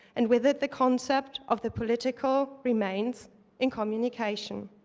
and with it, the concept of the political remains in communication.